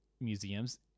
museums